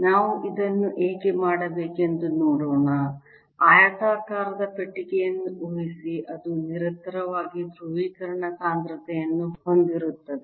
ನಾವು ಅದನ್ನು ಏಕೆ ಮಾಡಬೇಕೆಂದು ನೋಡೋಣ ಆಯತಾಕಾರದ ಪೆಟ್ಟಿಗೆಯನ್ನು ಊಹಿಸಿ ಅದು ನಿರಂತರವಾಗಿ ಧ್ರುವೀಕರಣ ಸಾಂದ್ರತೆಯನ್ನು ಹೊಂದಿರುತ್ತದೆ